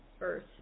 earth